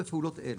בפעולות אלה: